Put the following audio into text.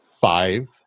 five